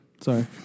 Sorry